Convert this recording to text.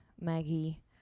maggie